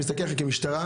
אני מסתכל עליכם כמשטרה,